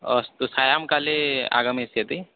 अस्तु सायङ्काले आगमिष्यति